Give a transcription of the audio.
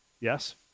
yes